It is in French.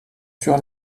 sur